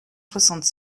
soixante